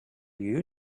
you